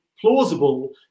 plausible